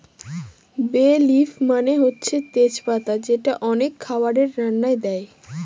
বে লিফ মানে হচ্ছে তেজ পাতা যেটা অনেক খাবারের রান্নায় দেয়